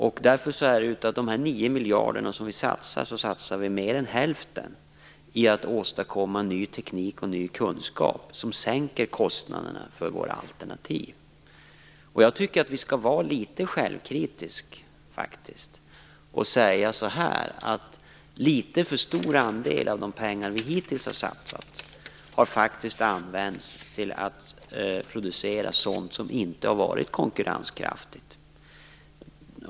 Av de 9 miljarder som vi satsar går mer än hälften till att åstadkomma ny teknik och ny kunskap som sänker kostnaderna för alternativen. Jag tycker att vi skall vara litet självkritiska och medge att litet för stor andel av de pengar som hittills har satsats har använts för att producera sådant som inte har varit konkurrenskraftigt.